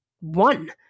one